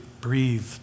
breathe